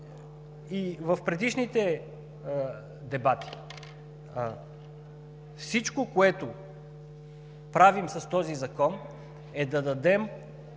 и в предишните дебати, всичко, което правим с този закон, е да дадем